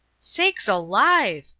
sakes alive!